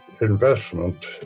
investment